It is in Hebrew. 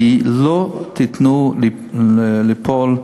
כי לא תיתנו ליפול,